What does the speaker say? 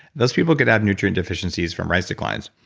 those people could have nutrient deficiencies from rice declines.